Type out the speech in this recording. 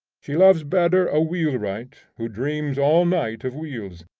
she loves better a wheelwright who dreams all night of wheels,